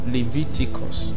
Leviticus